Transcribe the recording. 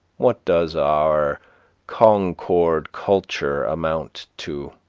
what does our concord culture amount to?